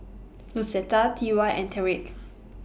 Lucetta T Y and Tyrik